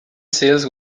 seals